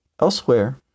Elsewhere